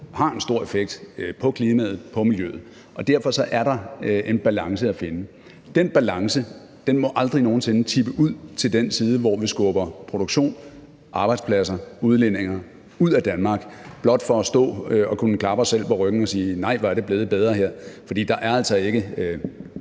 har en stor effekt på klimaet, på miljøet, og derfor er der en balance at finde. Den balance må aldrig nogen sinde tippe ud til den side, hvor vi skubber produktion, arbejdspladser, udledninger ud af Danmark blot for at kunne stå og klappe os selv på ryggen og sige: Nej, hvor er det blevet bedre her.